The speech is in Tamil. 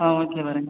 ஆ ஓகே வரேன்